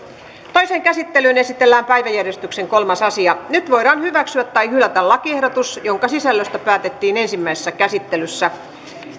toiseen käsittelyyn esitellään päiväjärjestyksen kolmas asia nyt voidaan hyväksyä tai hylätä lakiehdotus jonka sisällöstä päätettiin ensimmäisessä käsittelyssä